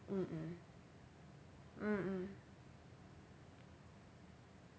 mm mm mm mm